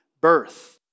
birth